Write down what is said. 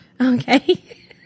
Okay